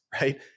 right